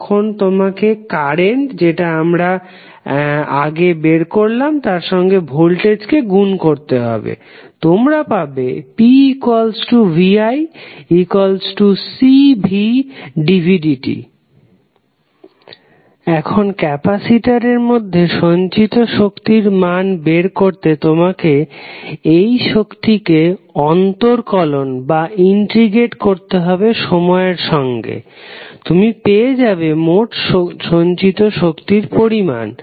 তখন তোমাকে কারেন্ট যেটা আগে বের করলাম তার সঙ্গে ভোল্টেজ কে গুন করতে হবে তোমরা পাবে pviCvdvdt এখন ক্যাপাসিটরের মধ্যে সঞ্চিত শক্তির মান বের করতে তোমাকে এই শক্তিকে অন্তরকলন করতে হবে সময়ের সঙ্গে তুমি পেয়ে যাবে মোট সঞ্চিত শক্তির পরিমাণ